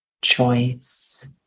choice